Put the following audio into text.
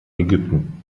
ägypten